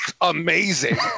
amazing